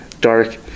dark